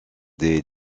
des